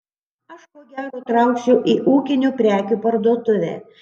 aš ko gero trauksiu į ūkinių prekių parduotuvę